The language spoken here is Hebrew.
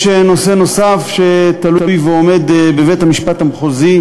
יש נושא נוסף, שתלוי ועומד בבית-המשפט המחוזי,